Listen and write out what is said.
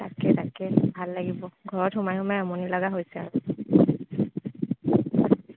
তাকে তাকে ভাল লাগিব ঘৰত সোমাই সোমাই আমনি লগা হৈছে আৰু